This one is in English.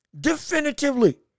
definitively